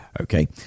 Okay